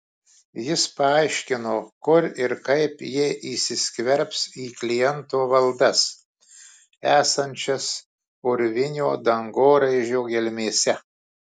jis paaiškino kur ir kaip jie įsiskverbs į kliento valdas esančias urvinio dangoraižio gelmėse